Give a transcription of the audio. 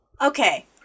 Okay